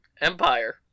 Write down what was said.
Empire